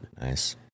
Nice